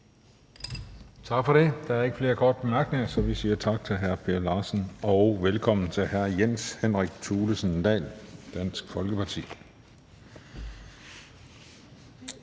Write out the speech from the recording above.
Tak for det. Der er ikke flere korte bemærkninger, så vi siger tak til hr. Per Larsen, og velkommen til hr. Jens Henrik Thulesen Dahl, Dansk Folkeparti.